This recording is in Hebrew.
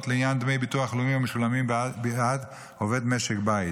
לעניין דמי ביטוח לאומי המשולמים בעד עובד משק בית,